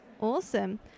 Awesome